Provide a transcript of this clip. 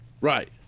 Right